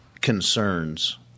concerns